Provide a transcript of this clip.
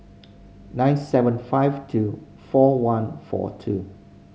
nine seven five two four one four two